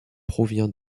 provient